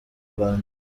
rwanda